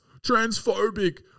transphobic